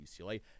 ucla